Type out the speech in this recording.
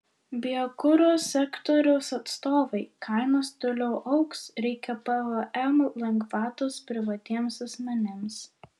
biokuro sektoriaus atstovai kainos toliau augs reikia pvm lengvatos privatiems asmenims